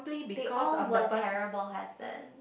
they all were terrible husband